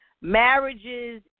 Marriages